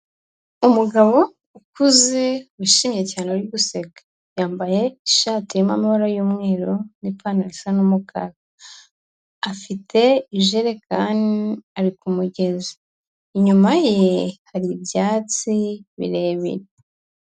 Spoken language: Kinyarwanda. Umugabo ukuze wishimye cyane uri guseka, yambaye ishati irimo amabara y'umweru n'ipantaro isa n'umukara, afite ijerekani ari ku mugezi, inyuma ye hari ibyatsi birebire.